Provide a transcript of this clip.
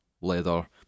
leather